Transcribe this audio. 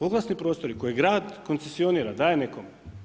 Oglasni prostori koje grad koncesionira, daje nekome.